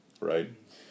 right